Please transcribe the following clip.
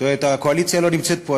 הקואליציה לא נמצאת פה,